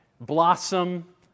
blossom